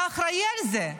אתה אחראי לזה.